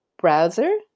browser